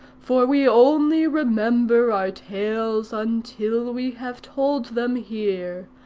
for we only remember our tales until we have told them here,